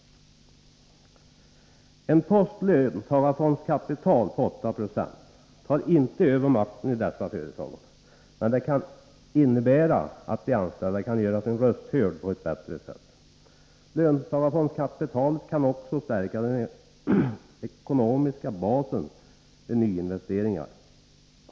En post löntagarfondskapital på 8 70 tar inte över makten i dessa företag, men det kan innebära att de anställda kan göra sina röster hörda på ett bättre sätt. Löntagarfondskapitalet kan också stärka den ekonomiska basen vid nyinvesteringar.